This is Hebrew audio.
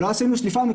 לא עשינו שליפה,